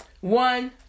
One